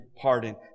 pardon